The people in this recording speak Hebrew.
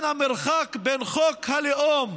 לכן המרחק בין חוק הלאום